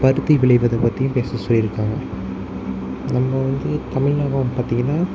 பருத்தி விளைவது பற்றியும் பேச சொல்லியிருக்காங்க நம்ம வந்து தமிழகம் பார்த்திங்கனா